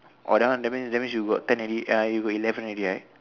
oh that one that means that means you got ten already you got eleven already right